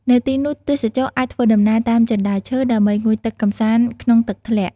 នៅទីនោះទេសចរអាចធ្វើដំណើរតាមជណ្តើរឈើ ដើម្បីងូតទឹកកម្សាន្តក្នុងទឹកធ្លាក់។